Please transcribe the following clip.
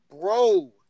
Bro